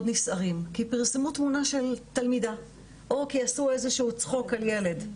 נסערים כי פרסמו תמונה של תלמידה או כי עשו איזה שהוא צחוק על ילד,